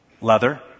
Leather